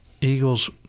Eagles